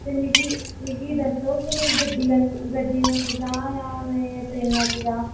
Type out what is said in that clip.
ते मिगी मिगी दस्सो कि मैं गड्डी च गड्डी जां जां ट्रेनै च जां